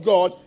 God